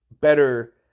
better